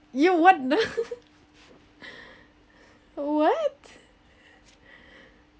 you what what